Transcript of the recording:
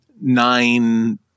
nine